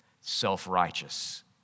self-righteous